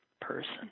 person